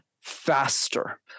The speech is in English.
faster